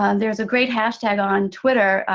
ah there is a great hashtag on twitter,